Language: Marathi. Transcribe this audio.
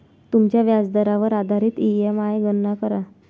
तुमच्या व्याजदरावर आधारित ई.एम.आई गणना करा